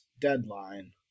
deadline